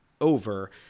over